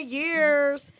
years